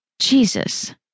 Jesus